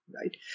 Right